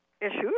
issues